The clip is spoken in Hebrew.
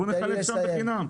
בוא נחלק שם בחינם.